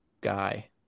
guy